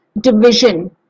division